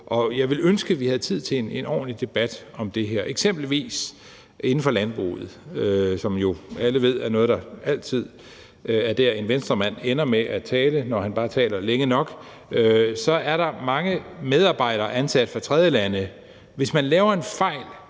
Jeg ville ønske, vi havde tid til en ordentlig debat om det her. Eksempelvis inden for landbruget, som alle jo ved at en Venstremand altid ender med at tale om, når han bare taler længe nok, er der mange medarbejdere ansat fra tredjelande. Hvis man laver en fejl